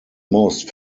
most